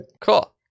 Cool